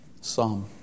psalm